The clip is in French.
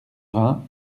vingts